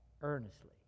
earnestly